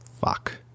fuck